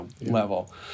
level